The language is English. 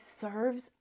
serves